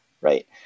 right